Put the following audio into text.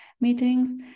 meetings